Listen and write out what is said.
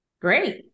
Great